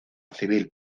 civil